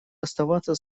оставаться